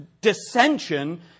dissension